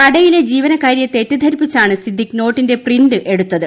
കടയിലെ ജീവനക്കാരിയെ തെറ്റിദ്ധരിപ്പിച്ചാണ് സിദ്ദിഖ് നോട്ടിന്റെ പ്രിന്റ് എടുത്തത്